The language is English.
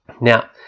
now